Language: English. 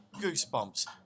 Goosebumps